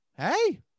hey